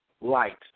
light